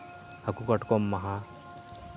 ᱦᱟᱹᱠᱩ ᱠᱟᱴᱠᱚᱢ ᱢᱟᱦᱟ